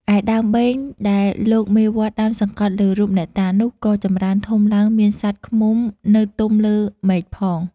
ឯដើមបេងដែលលោកមេវត្ត ដាំសង្កត់លើរូបអ្នកតានោះ ក៏ចម្រើនធំឡើងមានសត្វឃ្មុំនៅទំលើមែនផង ។